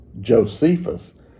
Josephus